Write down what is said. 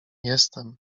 jestem